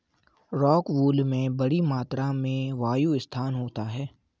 rockwool में बड़ी मात्रा में वायु स्थान होता है